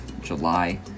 July